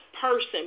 person